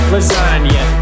Lasagna